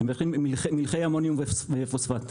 אלה מלחי אמוניום ופוספט.